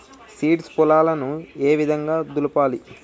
Seeds పొలాలను ఏ విధంగా దులపాలి?